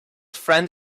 friend